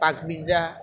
পাক